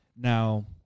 Now